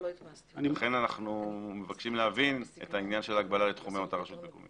לכן אנחנו מבקשים להבין את העניין של ההגבלה לאותה רשות מקומית.